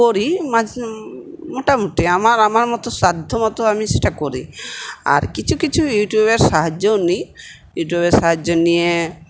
করি মাঝে মোটামুটি আমার আমার মতো সাধ্যমতো আমি সেটা করি আর কিছু কিছু ইউটিউবের সাহায্যও নিই ইউটিউবের সাহায্য নিয়ে